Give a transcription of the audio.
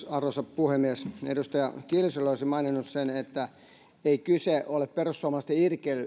arvoisa puhemies edustaja kiljuselle olisin maininnut sen että ei kyse ole perussuomalaisten